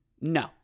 No